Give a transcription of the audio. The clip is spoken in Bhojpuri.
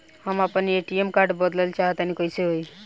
हम आपन ए.टी.एम कार्ड बदलल चाह तनि कइसे होई?